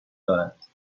دارند